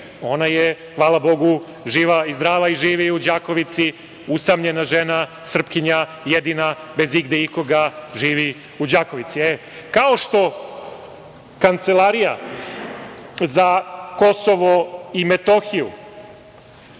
Ona je hvala Bogu živa i zdrava i živi u Đakovici, usamljena žena, Srpkinja jedina bez igde ikoga, živi u Đakovici. Kao što Kancelarija za KiM pomaže